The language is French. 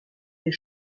des